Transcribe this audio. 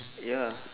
ya